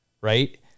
Right